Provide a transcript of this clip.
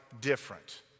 different